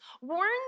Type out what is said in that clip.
warn